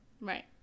Right